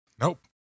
nope